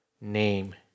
name